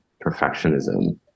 perfectionism